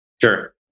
Sure